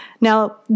Now